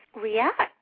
react